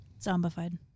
Zombified